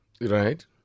Right